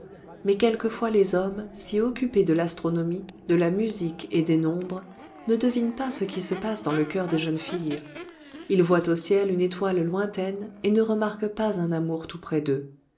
mais quelquefois les hommes si occupés de l'astronomie de la musique et des nombres ne devinent pas ce qui se passe dans le cœur des jeunes filles ils voient au ciel une étoile lointaine et ne remarquent pas un amour tout près d'eux